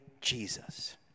Jesus